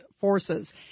forces